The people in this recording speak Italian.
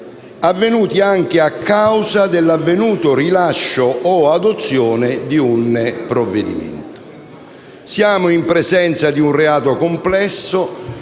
compiuti anche a causa dell'avvenuto rilascio o adozione di un provvedimento. Siamo in presenza di un reato complesso,